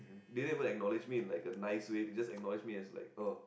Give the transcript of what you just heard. be able acknowledge me like a nice way because acknowledge me is like a